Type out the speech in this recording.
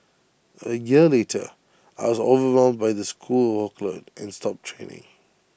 A year later I was overwhelmed by the school workload and stopped training